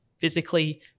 physically